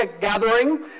gathering